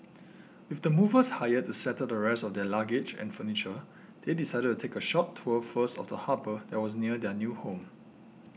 with the movers hired to settle the rest of their luggage and furniture they decided to take a short tour first of the harbour that was near their new home